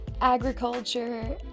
agriculture